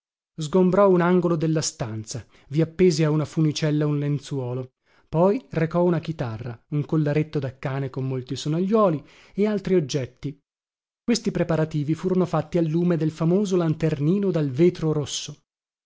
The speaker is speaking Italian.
sgombrò un angolo della stanza vi appese a una funicella un lenzuolo poi recò una chitarra un collaretto da cane con molti sonaglioli e altri oggetti questi preparativi furono fatti al lume del famoso lanternino dal vetro rosso